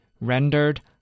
rendered